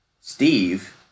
Steve